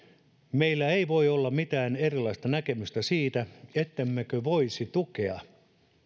meillä ei voi olla mitään erilaista näkemystä siitä ettemmekö voisi tukea